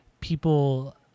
people